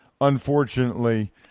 unfortunately